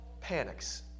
panics